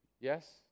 Yes